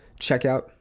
Checkout